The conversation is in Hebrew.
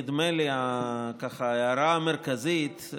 נדמה לי שההערה המרכזית,